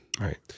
right